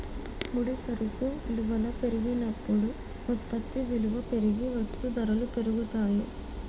ముడి సరుకు విలువల పెరిగినప్పుడు ఉత్పత్తి విలువ పెరిగి వస్తూ ధరలు పెరుగుతాయి